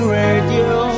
radio